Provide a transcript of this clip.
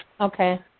Okay